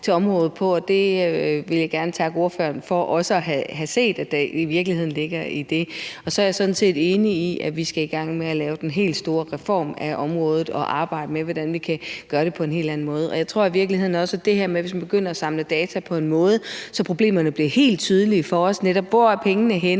til området, og jeg vil gerne takke ordføreren for at også at have set, at det i virkeligheden ligger i det. Jeg er sådan set enig i, at vi skal i gang med at lave den helt store reform af området og arbejde med, hvordan vi kan gøre det på en helt anden måde. Jeg tror også, at det her med at begynde at samle data på en måde, så problemerne bliver helt tydelige for os, i forhold til hvor pengene er henne,